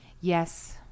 Yes